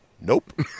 nope